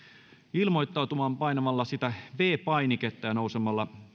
ilmoittautumaan painamalla sitä viides painiketta ja nousemalla